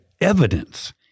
evidence